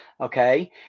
Okay